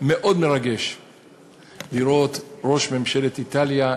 מאוד מרגש לראות את ראש ממשלת איטליה,